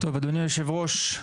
אדוני היושב-ראש,